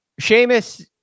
Seamus